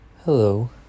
Hello